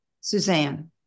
Suzanne